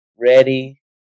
ready